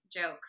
joke